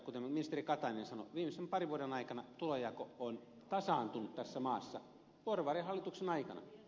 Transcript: kuten ministeri katainen sanoi viimeisen parin vuoden aikana tulonjako on tasaantunut tässä maassa porvarihallituksen aikana